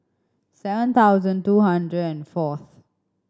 seven thousand two hundred and fourth